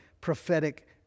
prophetic